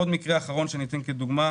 עוד מקרה אחרון כדוגמה: